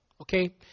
Okay